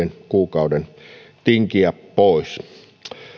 kuukauden tinkiä pois